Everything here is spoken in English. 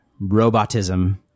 Robotism